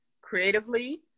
creatively